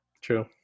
True